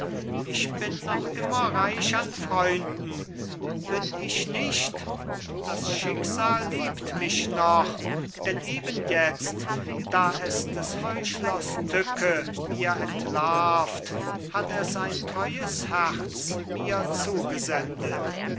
ich bin noch immer reich an freunden bin ich nicht das schicksal liebt mich noch denn eben jetzt da es des heuchlers tücke mir entlarvt hat es ein treues herz mir zugesendet